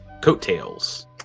coattails